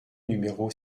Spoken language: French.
numéro